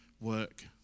work